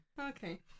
okay